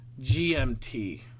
GMT